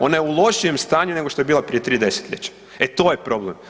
Ona je u lošijem stanju nego što je bila prije 3 desetljeća, e to je problem.